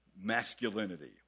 masculinity